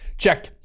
Check